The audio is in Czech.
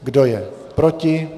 Kdo je proti?